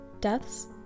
Deaths